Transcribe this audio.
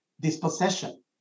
dispossession